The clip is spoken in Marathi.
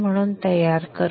म्हणून तयार करू